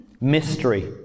mystery